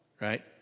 right